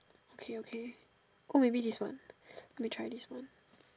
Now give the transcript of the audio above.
okay okay oh maybe this one let me try this one